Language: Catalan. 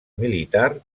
militar